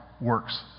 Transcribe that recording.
works